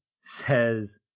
says